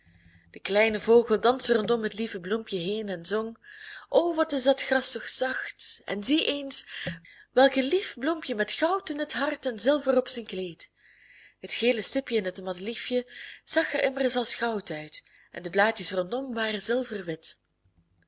de kleine vogel danste rondom het lieve bloempje heen en zong o wat is dat gras toch zacht en zie eens welk een lief bloempje met goud in het hart en zilver op zijn kleed het gele stipje in het madeliefje zag er immers als goud uit en de blaadjes rondom waren zilverwit